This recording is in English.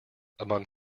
among